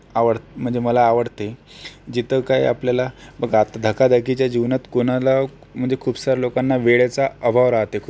आवड म्हणजे मला आवडते जिथं काही आपल्याला बघा आता धकाधकीच्या जीवनात कोणाला म्हणजे खूप साऱ्या लोकांना वेळेचा अभाव राहते खूप